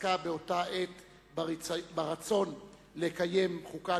שעסקה באותה עת ברצון לקיים חוקה